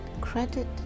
credit